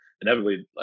inevitably